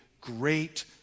great